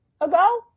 ago